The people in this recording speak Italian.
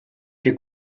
che